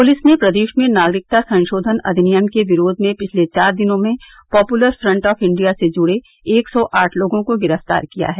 police ने प्रदेश में नागरिकता संशोधन अधिनियम के विरोध में पिछले चार दिनों में पॉप्लर फ्रंट ऑफ इंडिया से जुड़े एक सौ आठ लोगों को गिरफ्तार किया है